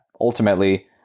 Ultimately